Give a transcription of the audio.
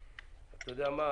אתה יודע מה,